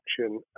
action